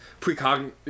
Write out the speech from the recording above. precognitive